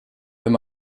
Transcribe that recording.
wenn